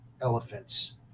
Elephants